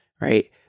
right